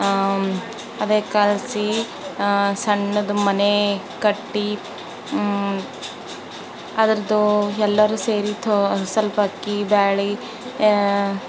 ಅದೇ ಕಲಸಿ ಸಣ್ಣದ್ದು ಮನೆ ಕಟ್ಟಿ ಅದ್ರದ್ದು ಎಲ್ಲರೂ ಸೇರಿ ತ ಸ್ವಲ್ಪ ಅಕ್ಕಿ ಬ್ಯಾಳಿ